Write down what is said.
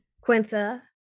Quinta